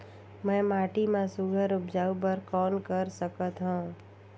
मैं माटी मा सुघ्घर उपजाऊ बर कौन कर सकत हवो?